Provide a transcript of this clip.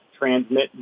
Transmit